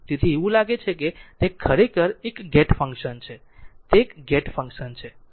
તેથી એવું લાગે છે કે તે ખરેખર એક ગેટ ફંક્શન છે તે એક ગેટ ફંક્શન છે